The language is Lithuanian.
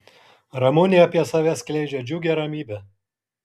ramunė apie save skleidžia džiugią ramybę